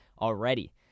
already